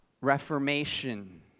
reformation